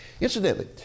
Incidentally